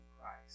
christ